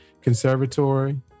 Conservatory